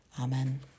Amen